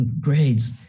grades